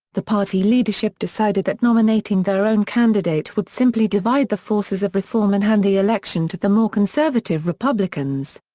the party leadership decided that nominating their own candidate would simply divide the forces of reform and hand the election to the more conservative republicans.